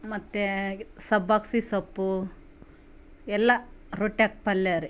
ಮತ್ತು ಸಬ್ಬಕ್ಕಿ ಸೊಪ್ಪು ಎಲ್ಲ ರೊಟ್ಯಾಕ ಪಲ್ಯ ರೀ